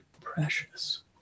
precious